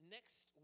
Next